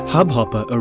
Hubhopper